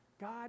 God